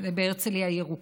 זה בהרצליה הירוקה.